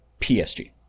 PSG